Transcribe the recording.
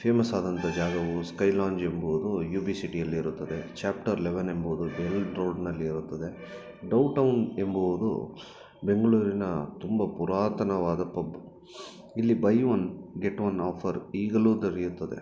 famous ಆದಂಥ ಜಾಗವು sky lounge ಎಂಬೋದು ಯು ಬಿ ಸಿಟಿಯಲ್ಲಿರುತ್ತದೆ ಚಾಪ್ಟರ್ ಲೆವೆನ್ ಎಂಬುವುದು ಡೆವಿಲ್ ರೋಡ್ನಲ್ಲಿರುತ್ತದೆ ಡೌಟೌನ್ ಎಂಬುವುದು ಬೆಂಗಳೂರಿನ ತುಂಬ ಪುರಾತನವಾದ ಪಬ್ ಇಲ್ಲಿ buy one get one offer ಈಗಲೂ ದೊರೆಯುತ್ತದೆ